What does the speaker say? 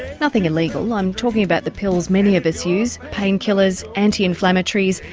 nothing illegal, i'm talking about the pills many of us use painkillers, anti-inflammatories,